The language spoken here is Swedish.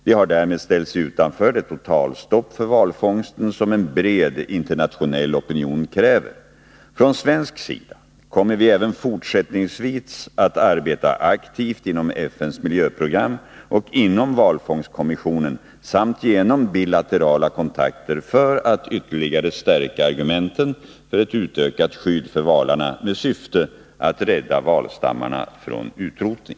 De har därmed ställt sig utanför det totalstopp för valfångsten som en bred internationell opinion kräver. Från svensk sida kommer vi även fortsättningsvis att arbeta aktivt inom FN:s miljöprogram och inom valfångstkommissionen samt genom bilaterala kontakter för att ytterligare stärka argumenten för ett utökat skydd för valarna med syfte att rädda valstammarna från utrotning.